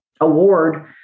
award